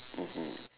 mmhmm